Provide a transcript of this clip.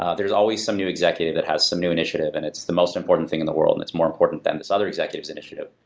ah there's always some new executive that has some initiative and it's the most important thing in the world and it's more important than this other executive's initiative.